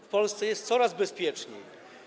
W Polsce jest coraz bezpieczniej.